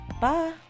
Bye